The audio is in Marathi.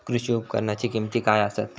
कृषी उपकरणाची किमती काय आसत?